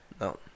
No